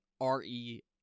R-E